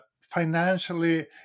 financially